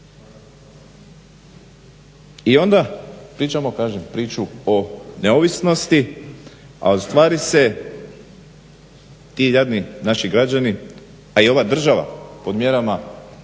I onda kažem pričamo priču o neovisnosti a ostvari se ti jadni naši građani a i ova država pod mjerama